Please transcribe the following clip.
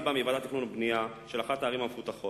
אני בא מוועדת תכנון ובנייה של אחת הערים המפותחות,